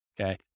Okay